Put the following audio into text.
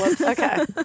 Okay